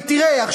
הרי תראה,